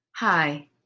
Hi